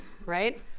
Right